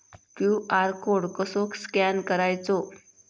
QR code कसो scan करायचो?